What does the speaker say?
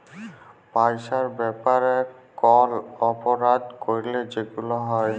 পইসার ব্যাপারে কল অপরাধ ক্যইরলে যেগুলা হ্যয়